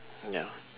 ya